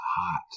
hot